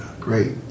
Great